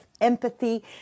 empathy